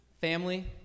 Family